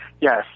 yes